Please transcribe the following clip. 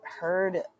heard